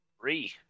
three